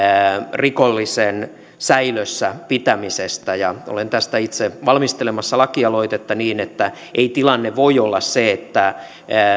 rikollisen säilössä pitämisessä ja olen tästä itse valmistelemassa lakialoitetta ei tilanne voi olla se että sellainen